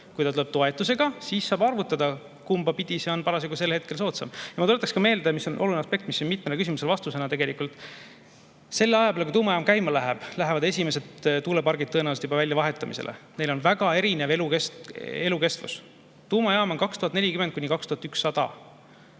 Kui ta tuleb toetusega, siis saab arvutada, kumba pidi see on parasjagu sel hetkel soodsam. Ma tuletaksin meelde olulist aspekti, mis siin on mitmele küsimusele vastuseks. Selle aja peale, kui tuumajaam käima läheb, lähevad esimesed tuulepargid tõenäoliselt juba väljavahetamisele. Neil on väga erinev elu kestvus. Tuumajaam on 2040–2100.